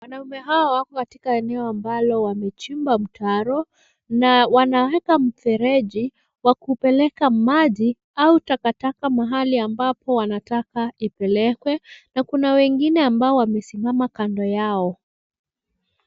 Wanaume hawa wako katika eneo ambalo wamechimba mtaro na wanaweka mfereji wa kupeleka maji au takataka mahali ambapo wanataka ipelekwe na kuna wengine ambao wamesimama kando yao.